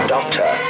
Doctor